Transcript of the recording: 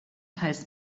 heißt